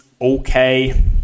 okay